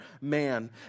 man